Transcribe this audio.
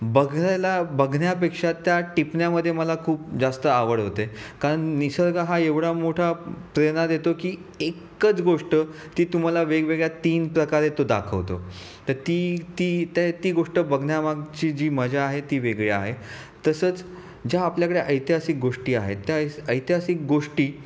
बघायला बघण्यापेक्षा त्या टिपण्यामध्ये मला खूप जास्त आवड होते कारण निसर्ग हा एवढा मोठा प्रेरणा देतो की एकच गोष्ट ती तुम्हाला वेगवेगळ्या तीन प्रकारे तो दाखवतो तर ती ती त्ये ती गोष्ट बघण्यामागची जी मजा आहे ती वेगळी आहे तसंच ज्या आपल्याकडे ऐतिहासिक गोष्टी आहेत त्या ऐस ऐतिहासिक गोष्टी